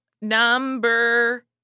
Number